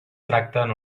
tracten